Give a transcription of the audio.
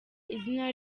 izina